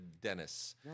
Dennis